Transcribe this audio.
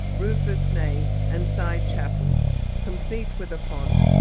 roofless nave and side chapels complete with a font,